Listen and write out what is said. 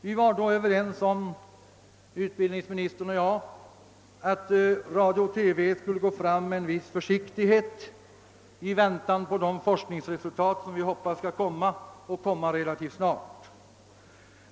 Vi var då överens om, utbildningsministern och jag, att Radio-TV skulle gå fram med en viss försiktighet i väntan på det forskningsresultat som vi hoppas skall komma och komma relativt snart.